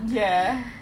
ya